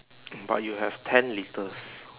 but you have ten litres